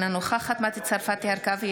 אינה נוכחת מטי צרפתי הרכבי,